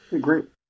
great